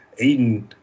Aiden